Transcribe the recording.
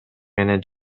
менен